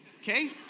Okay